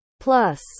Plus